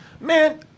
Man